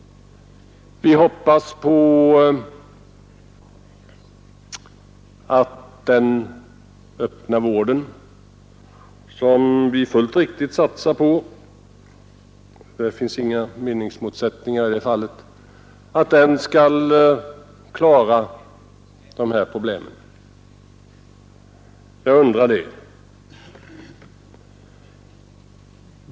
Vi hoppas att den öppna vården, som vi fullt riktigt satsar på — i det fallet finns inga meningsmotsättningar — skall klara dessa problem. Jag undrar det!